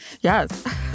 Yes